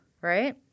right